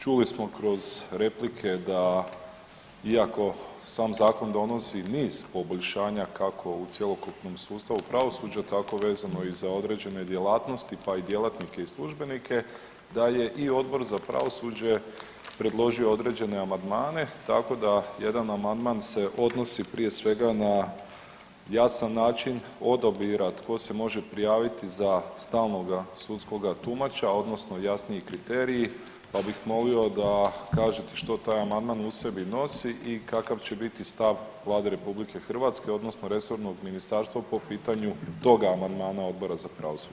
Čuli smo kroz replike da, iako sam Zakon donosi niz poboljšanja, kako u cjelokupnom sustavu pravosuđa, tako vezano i za određene djelatnosti, pa i djelatnike i službenike, da je i Odbor za pravosuđe predložio određene amandmane, tako da jedan amandman se odnosi prije svega na jasan način, odabira tko se može prijaviti za stalnoga sudskoga tumača, odnosno jasniji kriteriji pa bih molio da kažete što taj amandman u sebi nosi i kakav će biti stav Vlade RH odnosno resornog Ministarstva po pitanju tog amandmana Odbora za pravosuđe.